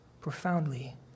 profoundly